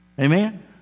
Amen